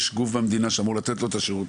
מתבצע אבל ברור שאת השירות המדובר צריך לתת לו בחינם